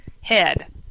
head